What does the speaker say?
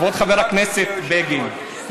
כבוד חבר הכנסת בגין,